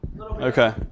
Okay